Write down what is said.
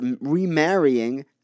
remarrying